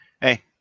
hey